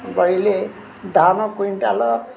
ଗହିଲେ ଧାନ କୁଇଣ୍ଟାଲ